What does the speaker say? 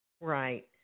Right